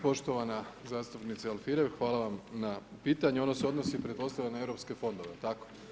Poštovana zastupnice Alfirev, hvala vam na pitanju, ono se odnosi pretpostavljam na europske fondove, jel tako?